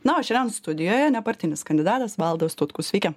na o šiandien studijoje nepartinis kandidatas valdas tutkus sveiki